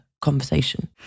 conversation